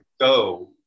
go